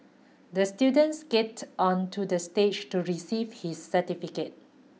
the student skated onto the stage to receive his certificate